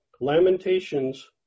Lamentations